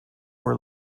were